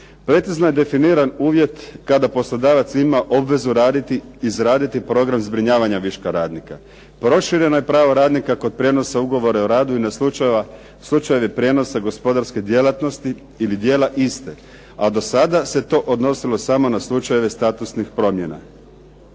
Precizno je definiran uvjet kada poslodavac ima obvezu raditi, izraditi program zbrinjavanja viška radnika. Prošireno je pravo radnika kod prijenosa ugovora o radu i na slučajeva, slučajevi prijenosa gospodarske djelatnosti ili dijela iste, a do sada se to odnosilo samo na slučajeve statusnih promjena.